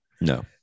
No